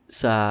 sa